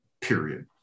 period